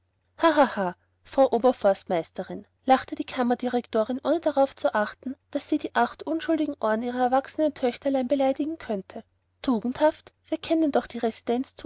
frau oberforstmeisterin lachte die kammerdirektorin ohne darauf zu achten daß sie die acht unschuldigen ohren ihrer erwachsenen töchterlein beleidigen könnte tugendhaft wir kennen die